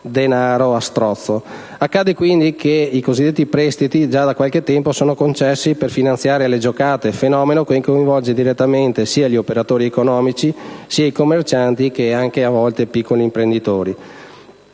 denaro a strozzo. Accade quindi che i cosiddetti prestiti già da qualche tempo siano concessi per finanziare le giocate, fenomeno che coinvolge direttamente sia gli operatori economici, sia i commercianti che anche, a volte, i piccoli imprenditori.